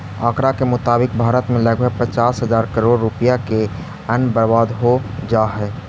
आँकड़ा के मुताबिक भारत में लगभग पचास हजार करोड़ रुपया के अन्न बर्बाद हो जा हइ